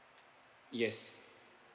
yes